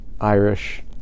Irish